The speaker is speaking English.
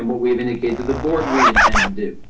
and what we've indicated to the board we intend to do.